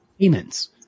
payments